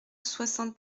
soixante